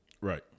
Right